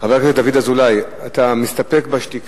חבר הכנסת דוד אזולאי, אתה מסתפק בשתיקה?